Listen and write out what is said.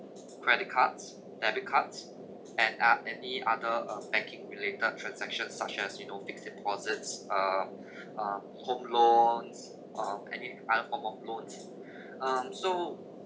credit cards debit cards and ah any other uh banking related transactions such as you know fixed deposits um uh home loans or any other form of loans um so